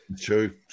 True